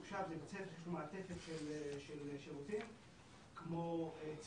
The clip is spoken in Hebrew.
בית ספר מתוקשב זה בית ספר שיש לו מעטפת של שירותים כמו ציוד,